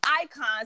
Icons